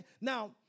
Now